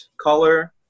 color